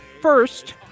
first